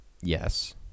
Yes